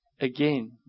again